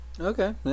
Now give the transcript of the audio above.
Okay